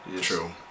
True